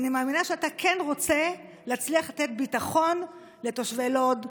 אני מאמינה שאתה כן רוצה להצליח לתת ביטחון לתושבי לוד,